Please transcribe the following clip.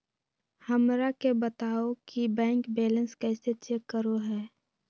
हमरा के बताओ कि बैंक बैलेंस कैसे चेक करो है?